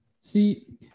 See